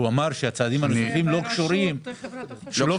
הוא אמר שהצעדים הנוספים לא קשורים לאוצר.